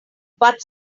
but